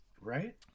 right